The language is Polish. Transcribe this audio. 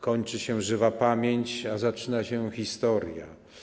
Kończy się żywa pamięć, a zaczyna się historia.